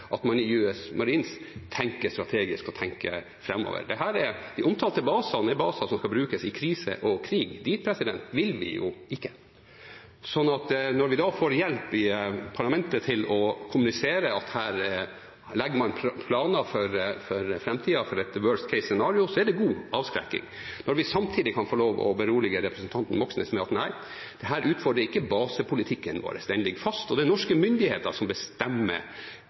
at US Marines tenker strategisk og framover. De omtalte basene er baser som skal brukes i krise og krig. Dit vil vi jo ikke. Når vi da får hjelp i parlamentet til å kommunisere at her legger man planer for framtida og et «worst case scenario», er det god avskrekking. Når vi samtidig kan få berolige representanten Moxnes med at nei, dette utfordrer ikke basepolitikken vår – den ligger fast – og at det er norske myndigheter som bestemmer